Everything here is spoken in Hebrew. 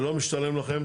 זה לא משתלם לכם,